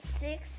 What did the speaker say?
six